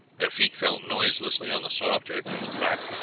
their feet fell noiselessly on the soft earth of the track,